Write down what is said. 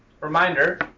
Reminder